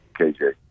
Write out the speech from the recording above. KJ